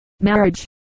marriage